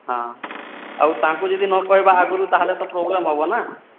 ହଁ ଆଉ ତାଙ୍କୁ ଯଦି ନ କହିବା ଆଗରୁ ତା'ହେଲେ ତ ପ୍ରୋବ୍ଲେମ୍ ହେବ ନା